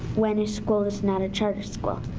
when a school is not a charter school.